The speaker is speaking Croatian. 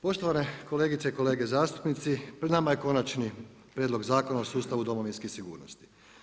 Poštovane kolegice i kolege zastupnici, pred nama je Konačni prijedlog Zakona o sustavu Domovinske sigurnosti.